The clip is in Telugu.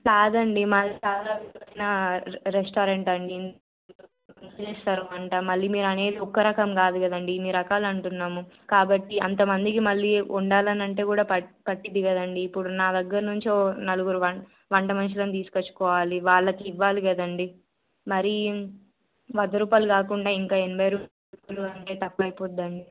కాదండి మాది చాలా ఆ రెస్టారెంట్ అండి చేస్తారు వంట మళ్ళీ మీరు అనేది ఒక్క రకం కాదు కదండీ ఇన్ని రకాలంటున్నాము కాబట్టి అంతమందికి మళ్ళీ వండాలంటే కూడా ప పడుతుంది కదండీ ఇప్పుడు నా దగ్గర నుంచి ఒక నలుగురు వ వంట మనుషులను తీసుకొచ్చుకోవాలి వాళ్ళకి ఇవ్వాలి కదండి మరీ వంద రూపాయలు కాకుండా ఇంకా ఎనభై రూపాయలు అంటే తప్పై పోతుంది